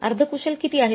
अर्ध कुशल किती आहेत